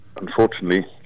unfortunately